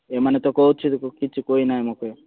ଏମାନେ ତ କହୁଛି କିଛି କହି ନାହିଁ ମୋତେ